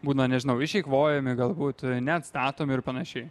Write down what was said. būna nežinau išeikvojami galbūt neatstatomi panašiai